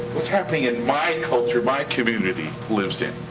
what's happening in my culture my community lives in?